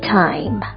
time